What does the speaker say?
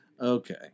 Okay